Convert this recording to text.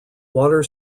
water